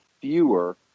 fewer